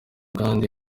kandi